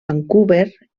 vancouver